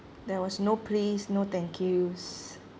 there was no please no thank yous